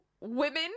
women